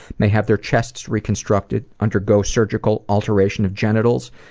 may have their chests reconstructed, undergo surgical alteration of genitals,